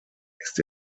ist